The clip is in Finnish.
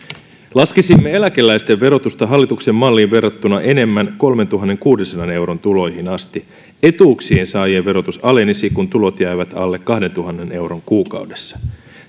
laskisimme eläkeläisten verotusta hallituksen malliin verrattuna enemmän kolmentuhannenkuudensadan euron tuloihin asti etuuksien saajien verotus alenisi kun tulot jäävät alle kahdentuhannen euron kuukaudessa